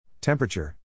Temperature